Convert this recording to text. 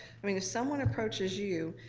i mean if someone approaches you,